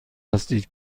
هستید